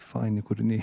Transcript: faini kūriniai